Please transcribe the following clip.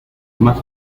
más